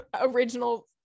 original